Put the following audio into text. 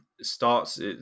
starts